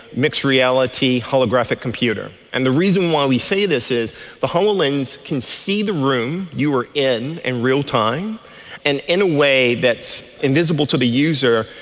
mixed reality, holographic computer. and the reason why we say this is the hololens can see the room you are in in real-time, and, in a way that's invisible to the user,